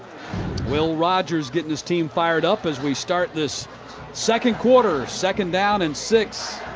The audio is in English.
will rogers getting his team fired up as we start this second quarter. second down and six.